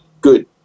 good